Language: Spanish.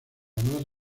más